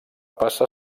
passar